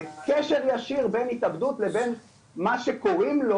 הוא קשר קשר ישיר בין התאבדות לבין מה שקוראים לו,